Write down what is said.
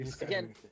Again